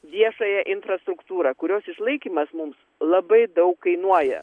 viešąją infrastruktūrą kurios išlaikymas mums labai daug kainuoja